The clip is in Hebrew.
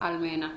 על מנ"ע.